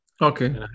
okay